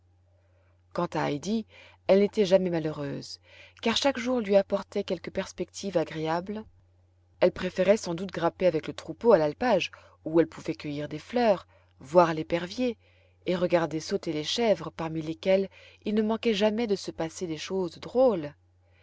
quant à heidi elle n'était jamais malheureuse car chaque jour lui apportait quelque perspective agréable elle préférait sans doute grimper avec le troupeau à l'alpage où elle pouvait cueillir des fleurs voir l'épervier et regarder sauter les chèvres parmi lesquelles il ne manquait jamais de se passer des choses drôles